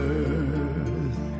earth